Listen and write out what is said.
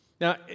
Now